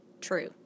true